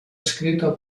escrito